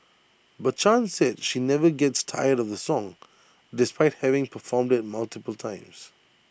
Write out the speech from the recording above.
but chan said she never gets tired of the song despite having performed IT multiple times